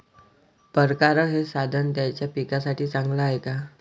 परकारं हे साधन सगळ्या पिकासाठी चांगलं हाये का?